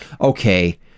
Okay